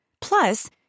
Plus